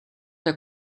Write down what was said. der